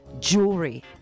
jewelry